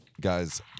guys